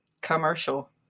commercial